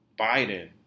Biden